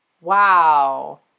Wow